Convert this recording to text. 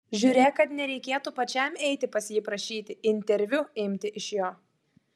žiūrėk kad nereikėtų pačiam eiti pas jį prašyti interviu imti iš jo